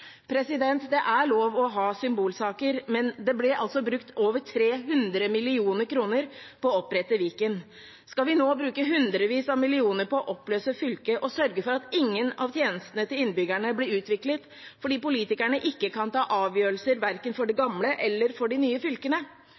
Det er lov til å ha symbolsaker, men det ble brukt over 300 mill. kr på å opprette Viken. Skal vi nå bruke hundrevis av millioner på å oppløse fylket og sørge for at ingen av tjenestene til innbyggerne blir utviklet, fordi politikerne ikke kan ta avgjørelser verken for de gamle eller for de nye fylkene?